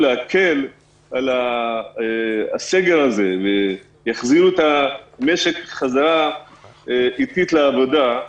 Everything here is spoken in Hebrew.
להקל על הסגר הזה ויחזירו את המשק בחזרה אטית לעבודה,